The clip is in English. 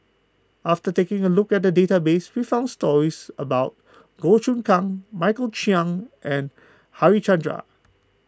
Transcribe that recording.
after taking a look at the database we found stories about Goh Choon Kang Michael Chiang and Harichandra